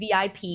VIP